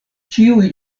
ĉiuj